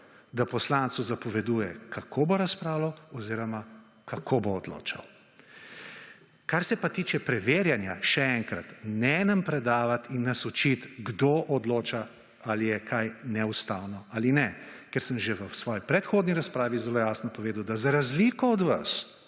da poslancu zapoveduje, kako bo razpravljal oziroma kako bo odločal. Kar se pa tiče preverjanja, še enkrat, ne nam predavat in nas učit, kdo odloča, ali je kaj neustavno ali ne. Ker sem že v svoji predhodni razpravi zelo jasno povedal, da z razliko do vas,